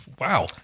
Wow